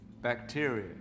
bacteria